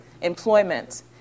employment